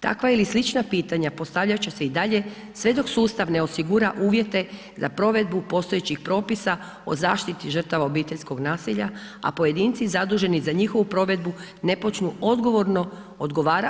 Takva i slična pitanja postavljat će se i dalje sve dok sustav ne osigura uvjete za provedbu postojećih propisa o zaštiti žrtava obiteljskog nasilja, a pojedinci zaduženi za njihovu provedbu ne počnu odgovorno